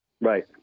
right